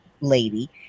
lady